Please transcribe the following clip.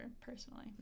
personally